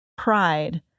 pride